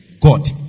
God